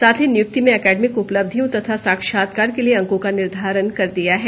साथ ही नियुक्ति में एकेडिमक उपलधियों तथा साक्षात्कार के लिए अंकों का निर्धारण कर दिया है